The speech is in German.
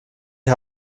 die